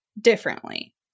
differently